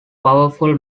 powerful